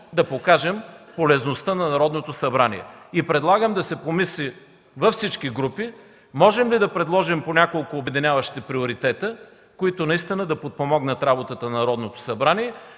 да покажем полезността на Народното събрание. Предлагам да се помисли във всички групи можем ли да предложим по няколко обединяващи приоритета, които наистина да подпомогнат работата на Народното събрание